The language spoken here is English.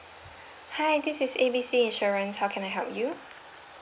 hi this is A B C insurance how can I help you